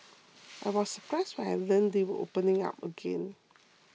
I was surprised when I learnt they were opening up again